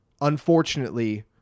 unfortunately